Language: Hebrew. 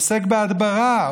עוסק בהדברה,